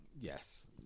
yes